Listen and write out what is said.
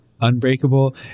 Unbreakable